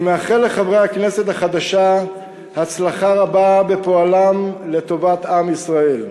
אני מאחל לחברי הכנסת החדשה הצלחה רבה בפועלם לטובת עם ישראל.